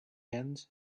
end